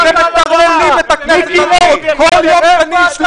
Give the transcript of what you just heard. אתם מטרללים את הכנסת הזאת בכל יום שני,